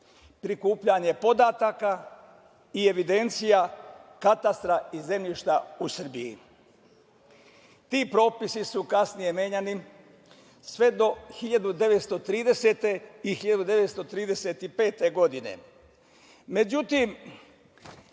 prikupljanje podataka i evidencija katastra i zemljišta u Srbiji. Ti propisi su kasnije menjani sve do 1930. i 1935. godine. Međutim,